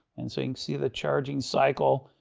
and so can see the charging cycle.